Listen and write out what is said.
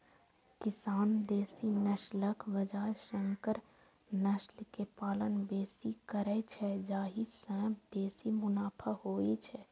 किसान देसी नस्लक बजाय संकर नस्ल के पालन बेसी करै छै, जाहि सं बेसी मुनाफा होइ छै